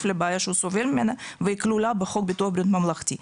לבעיה שהוא סובל ממנה והיא כלולה בחוק ביטוח בריאות ממלכתי.